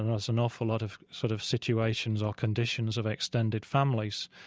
and there's an awful lot of sort of situations or conditions of extended families.